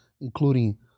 including